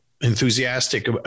enthusiastic